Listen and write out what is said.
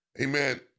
Amen